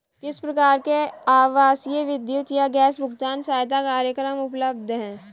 किस प्रकार के आवासीय विद्युत या गैस भुगतान सहायता कार्यक्रम उपलब्ध हैं?